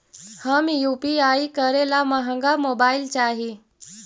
हम यु.पी.आई करे ला महंगा मोबाईल चाही?